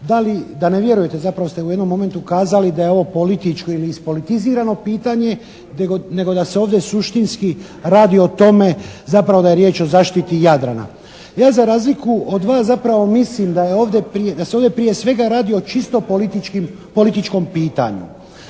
da ne vjerujete zapravo ste u jednom momentu kazali da je ovo političko ili ispolitizarno pitanje nego da se ovdje suštinski radi o tome zapravo da je riječ o zaštiti Jadrana. Ja za razliku od vas zapravo mislim da je ovdje, da se ovdje prije svega radi o čisto političkom pitanju.